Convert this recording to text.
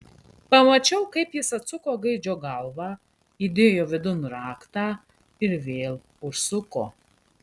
pamačiau kaip jis atsuko gaidžio galvą įdėjo vidun raktą ir vėl užsuko